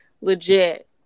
legit